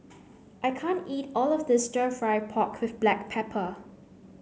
I can't eat all of this stir fry pork with black pepper